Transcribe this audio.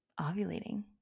ovulating